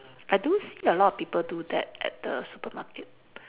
I do see a lot of people do that at the supermarket